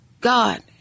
God